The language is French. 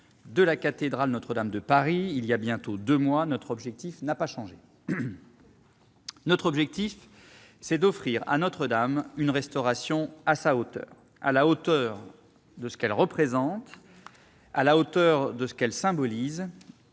de la cathédrale Notre-Dame de Paris, voilà bientôt deux mois, notre objectif n'a pas changé. Il s'agit d'offrir à Notre-Dame une restauration à sa hauteur, à la hauteur de ce qu'elle représente et de ce qu'elle symbolise,